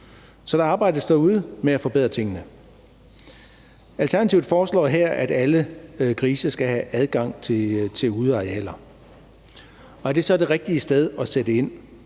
Så der arbejdes derude med at forbedre tingene. Alternativet foreslår her, at alle grise skal have adgang til udearealer. Er det så det rigtige sted at sætte ind?